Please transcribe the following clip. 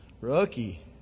Rookie